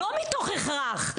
לא מתוך הכרח.